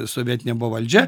sovietinė buvo valdžia